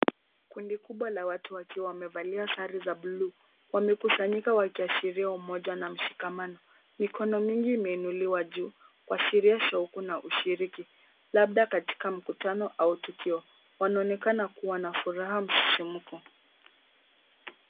Kundi kubwa la watu wakiwa wamevalia sare za buluu. Wamekusanyika wakiaahiria umoja na mshikamano. Mikoni mingi imeinuliwa juu, kuashiria shauku na ushiriki labda katika mkutano au tukio. Wanaonekqna kuwa na furaha msisimko.